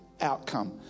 outcome